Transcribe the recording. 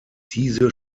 diese